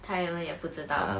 他们也不知道